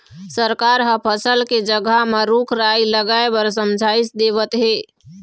सरकार ह फसल के जघा म रूख राई लगाए बर समझाइस देवत हे